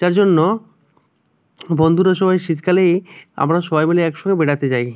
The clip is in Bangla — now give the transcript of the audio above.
যার জন্য বন্ধুরা সবাই শীতকালেই আমরা সবাই মিলে একসঙ্গে বেড়াতে যাই